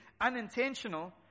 unintentional